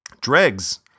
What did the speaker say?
Dregs